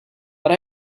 but